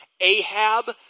Ahab